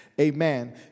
amen